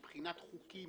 מבחינת חוקים,